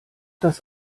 das